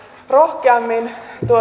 rohkeammin